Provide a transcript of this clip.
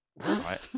right